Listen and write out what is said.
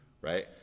right